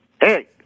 Hey